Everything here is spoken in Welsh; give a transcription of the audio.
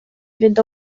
fynd